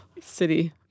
city